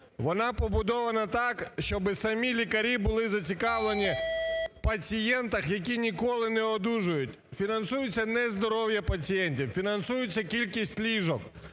Вона побудована так, щоб самі лікарі були зацікавлені в пацієнтах, які ніколи не одужають. Фінансується не здоров'я пацієнтів, фінансується кількість ліжок.